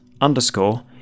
underscore